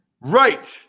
Right